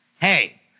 hey